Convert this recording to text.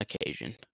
occasion